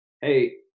Hey